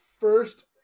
first